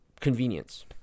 convenience